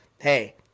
hey